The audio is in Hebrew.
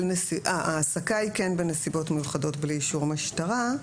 ההעסקה היא כן בנסיבות מיוחדות בלי אישור משטרה,